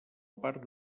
part